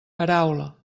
paraula